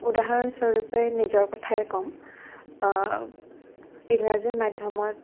উদাহৰণস্বৰূপে নিজৰ কথায়ে ক'ম ইংৰাজী মাধ্যমত